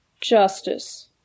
Justice